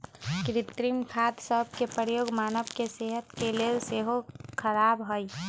कृत्रिम खाद सभ के प्रयोग मानव के सेहत के लेल सेहो ख़राब हइ